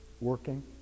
working